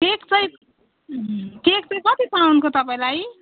cake चाहिँ cake चाहिँ कति पाउन्डको तपाईँलाई